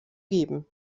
geben